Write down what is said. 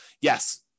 yes